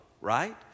right